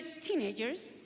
teenagers